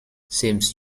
seems